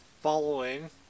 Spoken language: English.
following